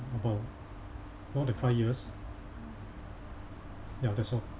about more than five years ya that's all